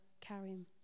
carrying